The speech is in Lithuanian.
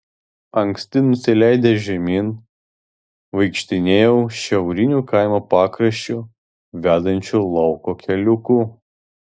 anksti nusileidęs žemyn vaikštinėjau šiauriniu kaimo pakraščiu vedančiu lauko keliuku